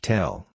Tell